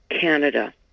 canada